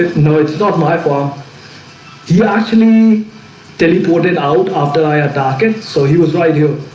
know it's not my fault you actually tell he put it out after i attack it so he was right here.